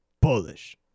Polish